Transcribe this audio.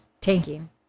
tanking